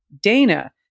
Dana